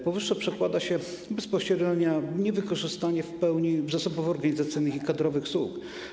Powyższe przekłada się bezpośrednio na niewykorzystywanie w pełni zasobów organizacyjnych i kadrowych SUG.